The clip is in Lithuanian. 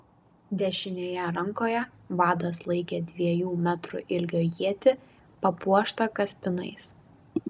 dešinėje rankoje vadas laikė dviejų metrų ilgio ietį papuoštą kaspinais